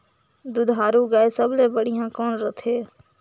दुधारू गाय सबले बढ़िया कौन रथे?